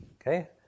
Okay